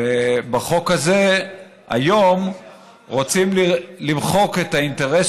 ובחוק הזה היום רוצים למחוק את האינטרס